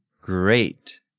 Great